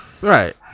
Right